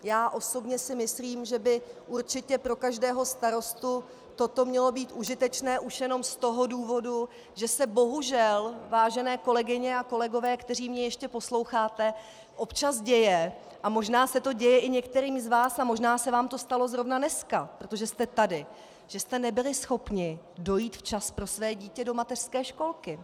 Já osobně si myslím, že by určitě pro každého starostu toto mělo být užitečné už jenom z toho důvodu, že se bohužel, vážené kolegyně a kolegové, kteří mě ještě posloucháte, občas děje, a možná se to děje i některým z vás a možná se vám to stalo zrovna dneska, protože jste tady, že jste nebyli schopni dojít včas pro své dítě do mateřské školky.